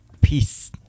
Peace